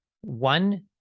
one